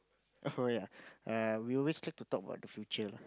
oh ya uh we always like to talk about the future lah